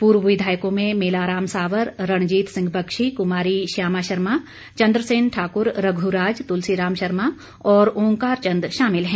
पूर्व विधायकों में मेलाराम सावर रणजीत सिंह बख्शी कुमारी श्यामा शर्मा चंद्रसेन ठाक्र रघुराज तुलसी राम शर्मा और ओंकार चंद शामिल हैं